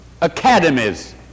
academies